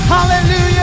Hallelujah